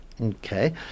okay